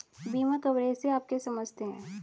बीमा कवरेज से आप क्या समझते हैं?